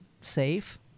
safe